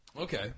Okay